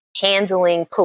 handling